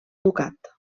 ducat